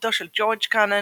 עבודתו של ג'ורג' קנאן